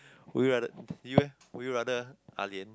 would you rather you eh would you rather ah lian